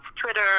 Twitter